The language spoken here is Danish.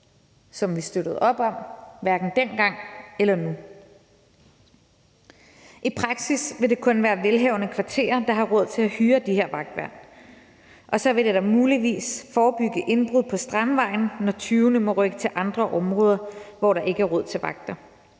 som vi støttede op om – hverken dengang eller nu. I praksis vil det kun være velhavende kvarterer, der har råd til at hyre de her vagtværn, og så vil det da muligvis forebygge indbrud på Strandvejen, når tyvene må rykke til andre områder, hvor der ikke er råd til vagter,